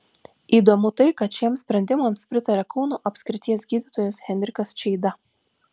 įdomu tai kad šiems sprendimams pritaria kauno apskrities gydytojas henrikas čeida